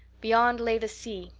beyond lay the sea,